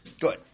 Good